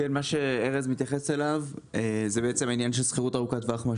ארז מתייחס לשכירות ארוכת טווח.